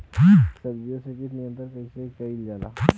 सब्जियों से कीट नियंत्रण कइसे कियल जा?